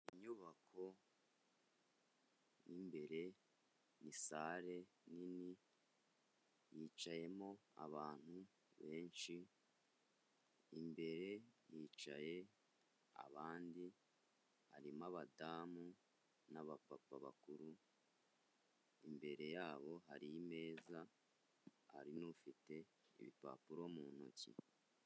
Inyubako, mo imbere ni sale nini, yicayemo abantu benshi, imbere hicaye abandi, harimo abadamu, n'abapapa bakuru, imbere yabo hari imeza, hari n'ufite ibipapuro mu ntoki.